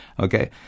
Okay